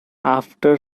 after